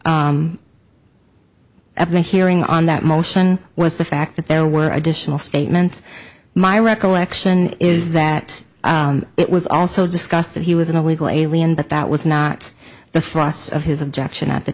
the hearing on that motion was the fact that there were additional statements my recollection is that it was also discussed that he was an illegal alien but that was not the thrust of his objection at the